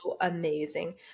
amazing